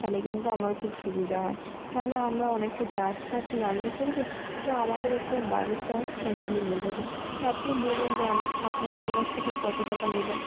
তাহলে কিন্তু আমার খুব সুবিধা হয় তাহলে আমরা অনেকটা যা রাস্তা তো জার্নি করবো তো আমাদের একটু বাজেটটাও ফ্রেণ্ডলি হয়ে যাবে তো আপনি বলুন যে আপনি আমাদের কাছ থেকে ঠিক কত টাকা নেবেন